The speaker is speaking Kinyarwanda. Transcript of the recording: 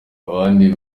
abandi